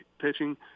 pitching